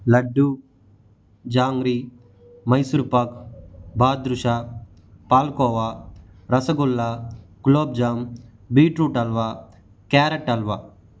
laddu jangri Mysore pak badusha palkova rasgulla gulab jamun beetroot halwa carrot halwa